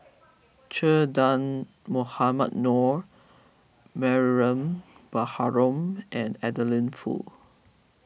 Che Dah Mohamed Noor Mariam Baharom and Adeline Foo